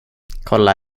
kolla